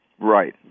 Right